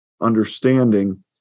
understanding